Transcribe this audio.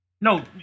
No